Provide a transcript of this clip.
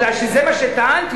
מפני שזה מה שטענתי,